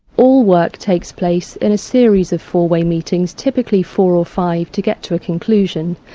all work takes place in a series of four-way meetings, typically four or five, to get to a conclusion.